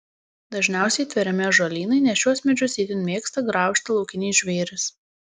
dažniausiai tveriami ąžuolynai nes šiuos medžius itin mėgsta graužti laukiniai žvėrys